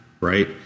right